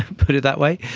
put it that way,